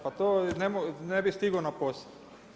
Pa to ne bih stigao na posao.